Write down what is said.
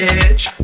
edge